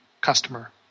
customer